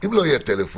אם לא יהיה טלפון,